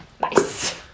Nice